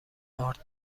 ارد